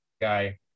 guy